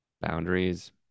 boundaries